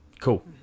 Cool